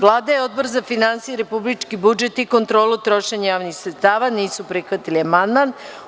Vlada i Odbor za finansije, republički budžet i kontrolu trošenja javnih sredstava nisu prihvatili amandman.